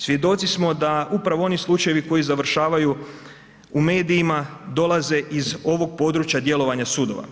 Svjedoci smo da upravo oni slučajevi koji završavaju u medijima dolaze iz ovog područja djelovanja sudova.